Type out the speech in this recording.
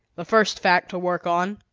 the first fact to work on,